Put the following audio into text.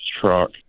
truck